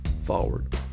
forward